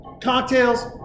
cocktails